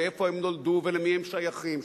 ואיפה הם נולדו ולמי הם שייכים.